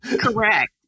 Correct